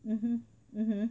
mmhmm